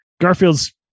garfield's